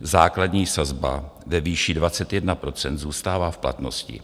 Základní sazba ve výši 21 %, zůstává v platnosti.